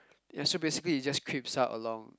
and so basically it just creeps us along